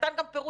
ונתן גם פירוט,